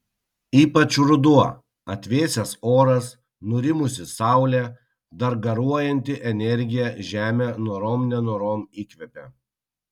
ypač ruduo atvėsęs oras nurimusi saulė dar garuojanti energija žemė norom nenorom įkvepia